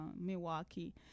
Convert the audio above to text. Milwaukee